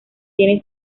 tiene